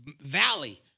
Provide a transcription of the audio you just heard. valley